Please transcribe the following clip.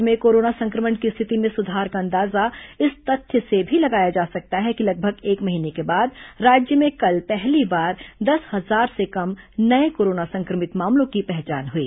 राज्य में कोरोना संक्रमण की स्थिति में सुधार का अंदाजा इस तथ्य से भी लगाया जा सकता है कि लगभग एक महीने के बाद राज्य में कल पहली बार दस हजार से कम नये कोरोना संक्रमित मामलों की पहचान हुई